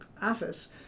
office